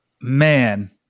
Man